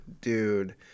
dude